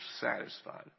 satisfied